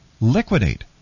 liquidate